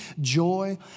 joy